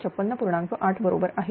8 बरोबर आहे